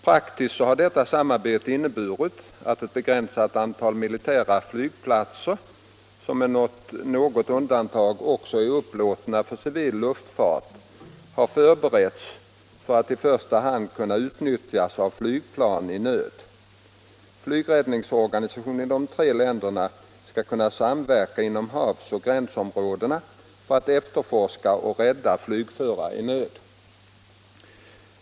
Praktiskt har detta samarbete inneburit att ett begränsat antal militära flygplatser, som med något undantag också är upplåtna för civil luftfart, har förberetts för att i första hand kunna utnyttjas av flygplan i nöd. Flygräddningsorgan i de tre länderna skall kunna samverka inom havsoch gränsområdena för att efterforska och rädda flygförare i nöd.